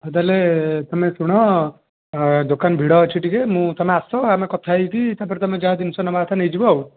ଆଉ ତାହେଲେ ତମେ ଶୁଣ ଦୋକାନ ଭିଡ଼ ଅଛି ଟିକେ ମୁଁ ତମେ ଆସ କଥା ହୋଇକି ତାପରେ ତମେ ଯାହା ଜିନିଷ ନେବା କଥା ନେଇଯିବ ଆଉ